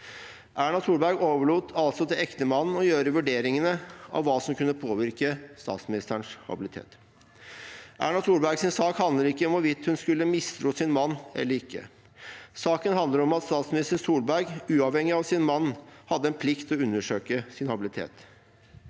Erna Solberg overlot altså til ektemannen å foreta vurderingene av hva som kunne påvirke statsministerens habilitet. Erna Solbergs sak handler ikke om hvorvidt hun skulle mistro sin mann eller ikke. Saken handler om at statsminister Solberg, uavhengig av sin mann, hadde en plikt til å undersøke sin habilitet.